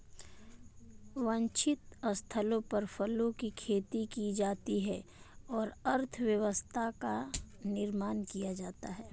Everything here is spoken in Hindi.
वांछित स्थलों पर फलों की खेती की जाती है और अर्थव्यवस्था का निर्माण किया जाता है